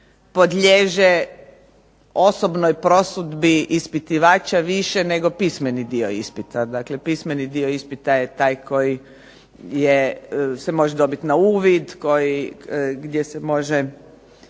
podliježe osobnoj prosudbi ispitivača više nego pismeni dio ispita. Dakle, pismeni dio ispita je taj koji se može dobiti na uvid, gdje se može